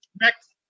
next